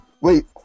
Wait